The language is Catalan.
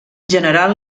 general